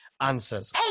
answers